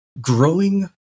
growing